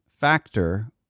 factor